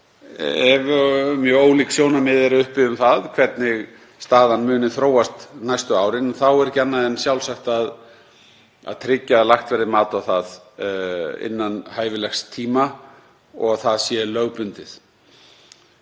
ef mjög ólík sjónarmið eru uppi um það hvernig staðan muni þróast næstu árin er ekki annað en sjálfsagt að tryggja að lagt verði mat á það innan hæfilegs tíma og það sé lögbundið.